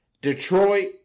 Detroit